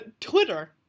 Twitter